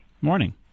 Morning